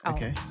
Okay